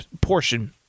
portion